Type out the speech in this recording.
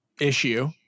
issue